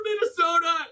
Minnesota